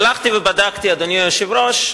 הלכתי ובדקתי, אדוני היושב-ראש,